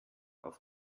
auf